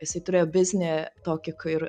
jisai turėjo biznį tokį ir